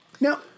Now